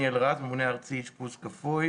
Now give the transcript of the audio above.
הממונה הארצי אשפוז כפוי.